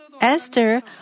Esther